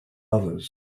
others